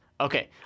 Okay